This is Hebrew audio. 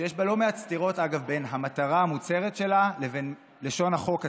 שיש בה לא מעט סתירות בין המטרה המוצהרת שלה לבין לשון החוק עצמה.